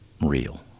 real